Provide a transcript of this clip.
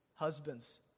Husbands